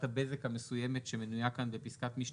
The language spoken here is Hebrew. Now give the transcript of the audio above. הקטן האמור לגבי כל שירות בזק שהם נותנים או לגבי שירות בזק מסוג